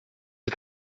les